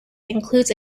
includes